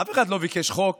אף אחד לא ביקש חוק